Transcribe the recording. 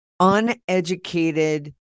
Uneducated